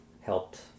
helped